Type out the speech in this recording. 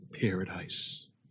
paradise